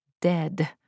dead